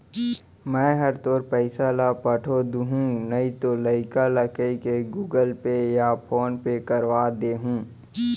मैं हर तोर पइसा ल पठो दुहूँ नइतो लइका ल कइके गूगल पे या फोन पे करवा दे हूँ